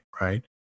right